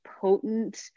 potent